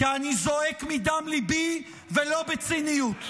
כי אני זועק מדם ליבי, ולא בציניות.